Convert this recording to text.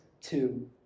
two